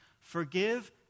Forgive